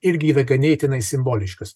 irgi yra ganėtinai simboliškas